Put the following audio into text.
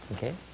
Okay